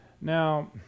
Now